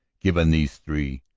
given these three,